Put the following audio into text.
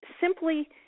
simply